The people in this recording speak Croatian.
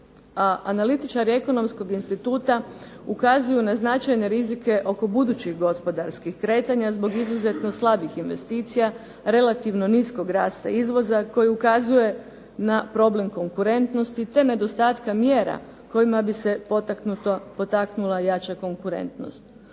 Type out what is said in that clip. analitičari Ekonomskog instituta ukazuju na značajne rizike oko budućih gospodarskih kretanja zbog izuzetno slabih investicija, relativno niskog rasta izvoza koji ukazuje na problem konkurentnosti, te nedostatka mjera kojima bi se potaknula jača konkurentnost.